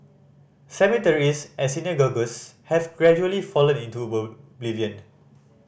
cemeteries and synagogues have gradually fallen into